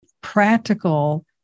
practical